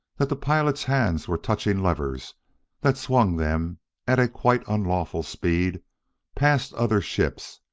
that the pilot's hands were touching levers that swung them at a quite unlawful speed past other ships,